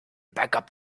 backup